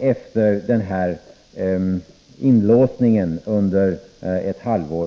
efter denna inlåsning hos kommunerna under ett halvår.